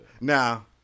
Now